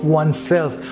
oneself